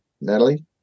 natalie